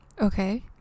Okay